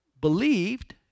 believed